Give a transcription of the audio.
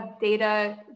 data